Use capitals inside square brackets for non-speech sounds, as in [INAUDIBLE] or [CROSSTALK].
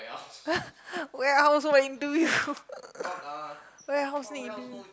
[LAUGHS] warehouse where got interview [LAUGHS] warehouse need interview